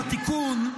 בתיקון,